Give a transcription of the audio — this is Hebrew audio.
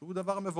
שהוא דבר מבורך.